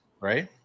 right